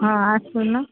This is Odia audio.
ହଁ ଆସୁନୁ